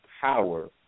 power